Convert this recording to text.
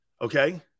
Okay